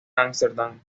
ámsterdam